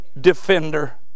defender